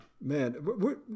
man